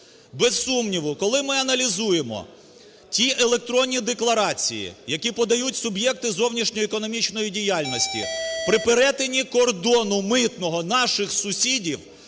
Без сумніву, коли ми аналізуємо ті електронні декларації, які подають суб'єкти зовнішньоекономічної діяльності, при перетині кордону митних наших сусідів,